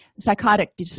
psychotic